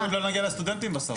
לא נגיע לסטודנטים בסוף.